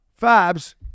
Fabs